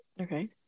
okay